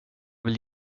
vill